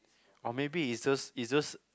or maybe it's just it's just